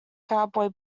cowboy